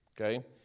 okay